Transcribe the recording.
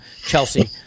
Chelsea